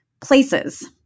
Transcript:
places